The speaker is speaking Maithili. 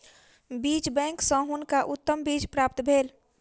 बीज बैंक सॅ हुनका उत्तम बीज प्राप्त भेल